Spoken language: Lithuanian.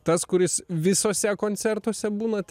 tas kuris visuose koncertuose būnat